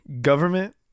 Government